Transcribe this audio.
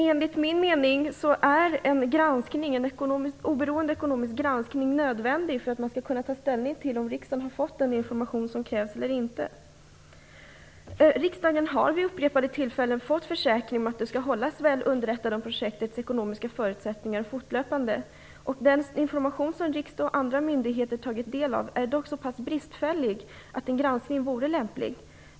Enligt min mening är en oberoende ekonomisk granskning nödvändig för att man skall kunna ta ställning till om riksdagen har fått den information som krävs eller inte. Riksdagen har vid upprepade tillfällen fått försäkringar om att den fortlöpande skall hållas väl underrättad om projektets ekonomiska förutsättningar. Den information som riksdagen och andra myndigheter har fått ta del av är dock så pass bristfällig att en granskning vore lämplig.